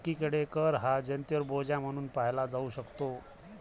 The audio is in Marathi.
एकीकडे कर हा जनतेवर बोजा म्हणून पाहिला जाऊ शकतो